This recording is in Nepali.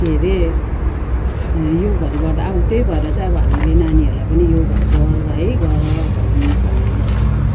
के अरे योगहरू गर्दा अब त्यही भएर चाहिँ अब हामीले नानीहरूलाई पनि योगहरू गर् गर भन् भन्ने गरेको छौँ